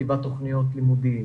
לכתיבת תוכניות לימודים,